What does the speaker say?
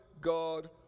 God